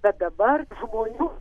bet dabar žmonių